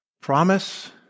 promise